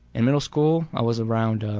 in middle school, i was around